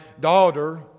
daughter